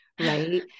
right